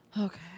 Okay